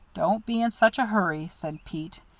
don't be in such a hurry, said pete,